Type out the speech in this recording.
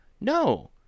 No